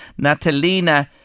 Natalina